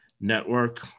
network